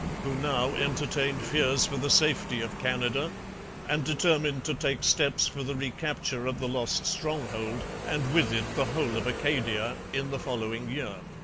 who now entertained fears for the safety of canada and determined to take steps for the recapture of the lost stronghold, and with it the whole of acadia, in the following year.